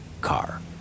car